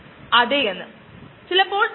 പ്രക്രിയ വളരെ ലളിതമാണ്